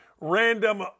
random